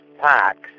packs